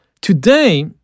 Today